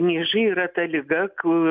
niežai yra ta liga kur